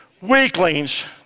Weaklings